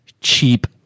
cheap